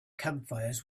campfires